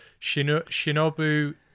Shinobu